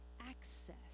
access